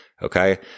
Okay